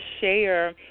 share